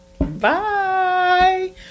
Bye